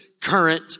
current